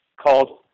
called